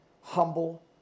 humble